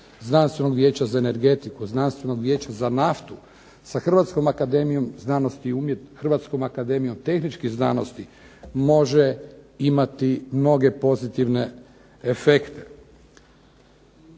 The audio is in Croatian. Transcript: Znanstvenog vijeća za energetiku, Znanstvenog vijeća za naftu sa Hrvatskom akademijom tehničkih znanosti može imati mnoge pozitivne efekte.